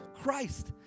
Christ